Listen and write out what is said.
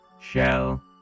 shell